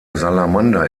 salamander